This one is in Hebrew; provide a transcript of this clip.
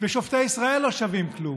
ושופטי ישראל לא שווים כלום.